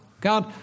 God